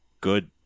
good